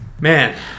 Man